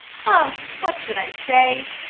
oh, what should i say?